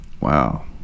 Wow